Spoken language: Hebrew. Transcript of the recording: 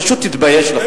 פשוט תתבייש לך.